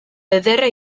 ederra